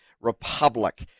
Republic